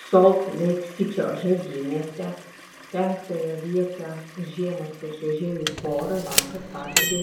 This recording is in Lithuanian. solt leik sičio žaidynėse penktąją vietą užėmusią čiuožėjų porą vakar pagerbė